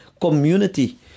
community